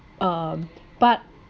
um but